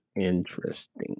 Interesting